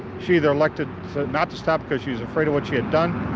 she either elected not to stop because she was afraid of what she had done,